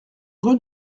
rue